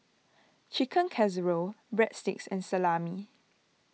Chicken Casserole Breadsticks and Salami